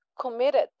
committed